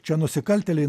čia nusikaltėliai